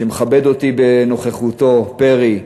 שמכבד אותי בנוכחותו, פרי,